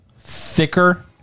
thicker